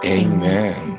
amen